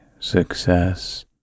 success